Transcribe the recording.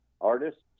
artists